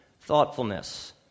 thoughtfulness